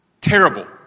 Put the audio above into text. Terrible